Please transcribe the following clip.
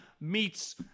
meets